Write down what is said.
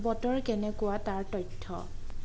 বতৰ কেনেকুৱা তাৰ তথ্য